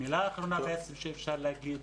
מילה אחרונה שאפשר להגיד,